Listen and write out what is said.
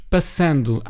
Passando